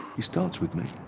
he starts with me,